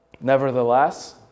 Nevertheless